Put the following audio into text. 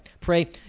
Pray